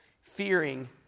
fearing